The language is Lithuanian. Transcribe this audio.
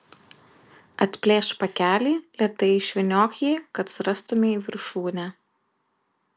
atplėšk pakelį lėtai išvyniok jį kad surastumei viršūnę